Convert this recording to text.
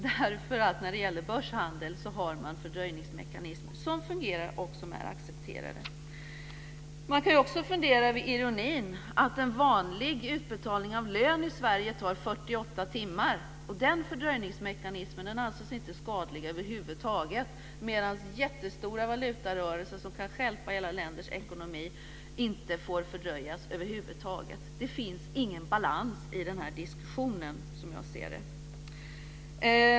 När det gäller börshandeln har man ju fördröjningsmekanismer som fungerar och som är accepterade. Man kan också fundera över ironin i att en vanlig utbetalning av lön i Sverige tar 48 timmar. Den fördröjningsmekanismen anses inte skadlig över huvud taget medan jättestora valutarörelser som kan stjälpa hela länders ekonomi inte får fördröjas alls. Det finns ingen balans i den här diskussionen, som jag ser det.